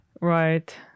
Right